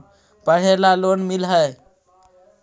पढ़े ला लोन मिल है?